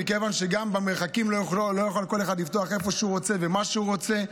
מכיוון שגם במרחקים לא יוכל כל אחד לפתוח איפה שהוא רוצה ומה שהוא רוצה.